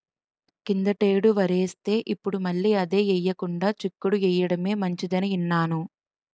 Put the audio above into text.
కిందటేడు వరేస్తే, ఇప్పుడు మళ్ళీ అదే ఎయ్యకుండా చిక్కుడు ఎయ్యడమే మంచిదని ఇన్నాను